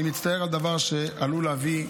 אני מצטער על דבר שעלול להביא,